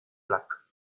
luck